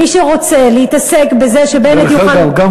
מי שרוצה להתעסק בזה שבנט יוכל,